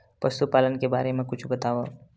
पशुपालन के बारे मा कुछु बतावव?